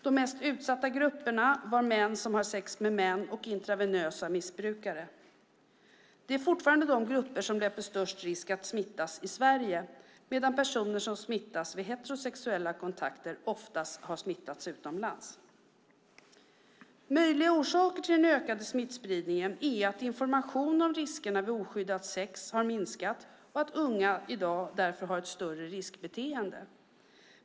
De mest utsatta grupperna var män som har sex med män och intravenösa missbrukare. Det är fortfarande de grupper som löper störst risk att smittas i Sverige, medan personer som smittas vid heterosexuella kontakter oftast smittas utomlands. Möjliga orsaker till den ökade smittspridningen är att informationen om riskerna vid oskyddat sex har minskat och att unga i dag därför har ett större riskbeteende.